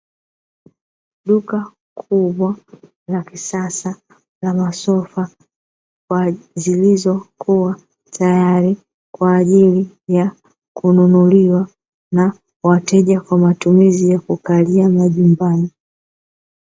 Duka kubwa la kisasa la masofa, zilizokuwa tayari kwa ajili ya kununuliwa na wateja kwa matumizi ya kukalia majumbani,